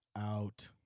Out